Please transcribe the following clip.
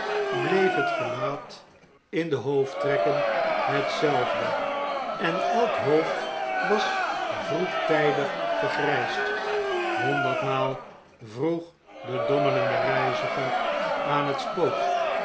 bleef het gelaat in de hoofdtrekken hetzelfde en elk hoofd was vroegtijdig vergrjjsd honderdmaal vroeg de dommelende reiziger aan het spook